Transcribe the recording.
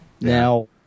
Now